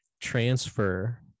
transfer